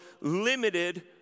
limited